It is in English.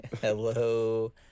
Hello